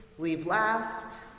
we've laughed.